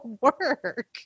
work